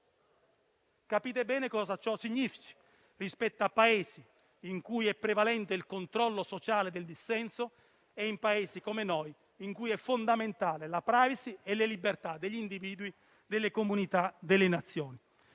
Capite bene cosa ciò significhi rispetto a Paesi in cui è prevalente il controllo sociale del dissenso e in Paesi come il nostro in cui è fondamentale la *privacy* e le libertà degli individui, delle comunità e delle Nazioni.